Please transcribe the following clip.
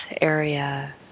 area